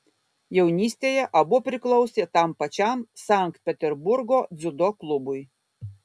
jaunystėje abu priklausė tam pačiam sankt peterburgo dziudo klubui